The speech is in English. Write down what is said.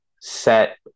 set